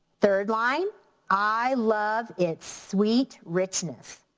third line i love it's sweet richness.